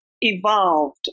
evolved